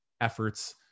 efforts